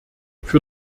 für